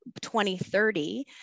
2030